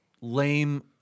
lame